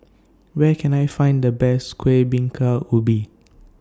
Where Can I Find The Best Kueh Bingka Ubi